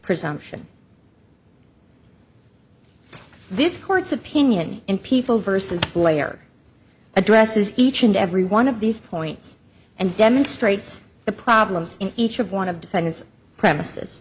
presumption this court's opinion in people versus lawyer addresses each and every one of these points and demonstrates the problems in each of want to defend its premises